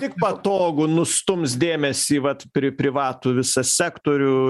tik patogu nustums dėmesį vat pri privatų visą sektorių